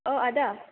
औ आदा